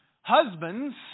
Husbands